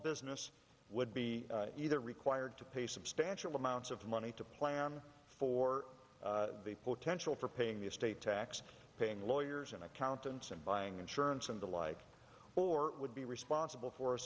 business would be either required to pay substantial amounts of money to plan for a potential for paying the estate tax paying lawyers and accountants and buying insurance and the like or would be responsible for a